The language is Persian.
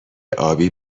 ابی